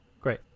Great